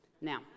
Now